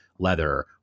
leather